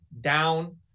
down